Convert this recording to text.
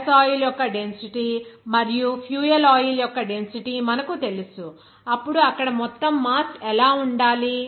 gas oil యొక్క density మరియు fuel oil యొక్క డెన్సిటీ మనకు తెలుసు అప్పుడు అక్కడ మొత్తం మాస్ ఎలా ఉండాలి